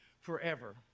forever